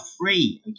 free